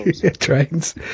trains